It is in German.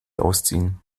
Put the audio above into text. ausziehen